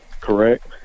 correct